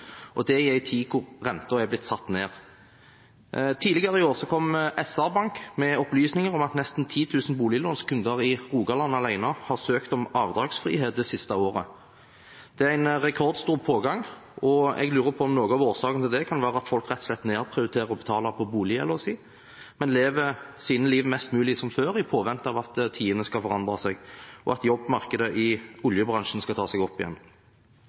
år kom SR-bank med opplysninger om at nesten 10 000 boliglånskunder i Rogaland alene har søkt om avdragsfrihet det siste året. Det er en rekordstor pågang, og jeg lurer på om noe av årsaken kan være at folk rett og slett nedprioriterer å betale boliggjelden sin, men lever sitt liv mest mulig som før, i påvente av at tidene skal forandre seg, og at jobbmarkedet i oljebransjen skal ta seg opp igjen.